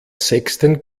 sechsten